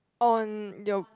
on your